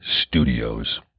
Studios